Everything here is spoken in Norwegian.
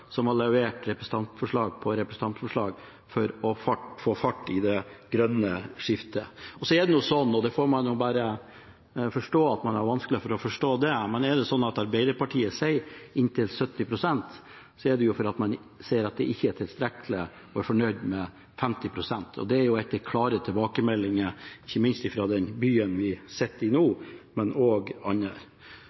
som har levert representantforslag på representantforslag for å få fart i det grønne skiftet. Så er det nå slik, og det får man bare godta at man har vanskelig for å forstå, at Arbeiderpartiet foreslår opptil 70 pst., for man ser at det ikke er tilstrekkelig og man er ikke fornøyd med 50 pst. Det er etter klare tilbakemeldinger – ikke minst fra byen vi sitter i nå, men også fra andre.